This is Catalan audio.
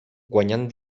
guanyant